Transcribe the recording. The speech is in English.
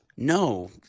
No